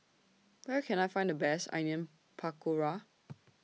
Where Can I Find The Best Onion Pakora